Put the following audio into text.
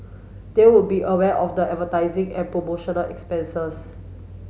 they would be aware of the advertising and promotional expenses